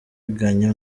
inganya